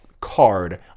card